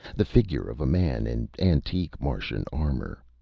the figure of a man in antique martian armor.